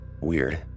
Weird